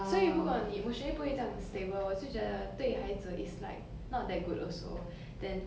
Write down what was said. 所以如果你 emotionally 不会这样 stable 我就觉得对孩子 is like not that good also then